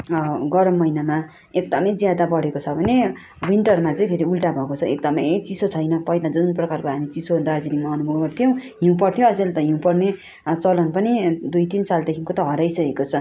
गरम महिनामा एकदमै ज्यादा बढेको छ भने विन्टरमा चाहिँ फेरि उल्टा भएको छ एकदमै चिसो छैन पहिला जुन प्रकारको हामी चिसो दार्जिलिङमा अनुभव गर्थ्यौँ हिउँ पर्थ्यो अचेल त हिउँ पर्ने चलन पनि दुई तिन सालदेखिको त हराइ सकेको छ